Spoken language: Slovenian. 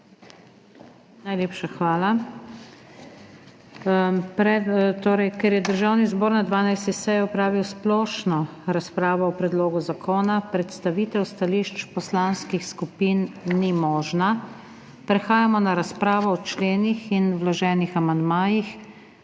Najlepša hvala. Ker je Državni zbor na 12. seji opravil splošno razpravo o predlogu zakona, predstavitev stališč poslanskih skupin ni možna. Prehajamo na razpravo o členih in vloženih amandmajih,